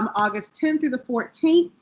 um august tenth through the fourteenth.